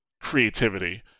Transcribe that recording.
creativity